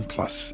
Plus